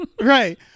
Right